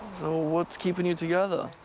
so what's keeping you together?